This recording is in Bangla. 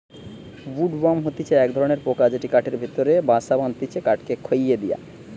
উড ওয়ার্ম হতিছে এক ধরণের পোকা যেটি কাঠের ভেতরে বাসা বাঁধটিছে কাঠকে খইয়ে দিয়া